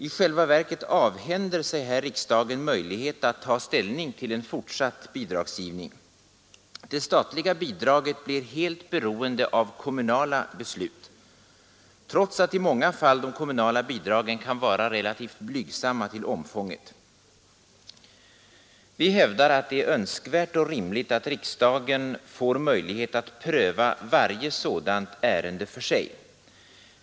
I själva verket avhänder sig här riksdagen möjlighet att ta ställning till en fortsatt bidragsgivning — det statliga bidraget blir helt beroende av kommunala beslut, trots att i många fall de kommunala bidragen kan vara relativt blygsamma till omfånget. Vi hävdar att det är önskvärt och rimligt att riksdagen får möjlighet att pröva varje sådant ärende för sig.